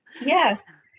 Yes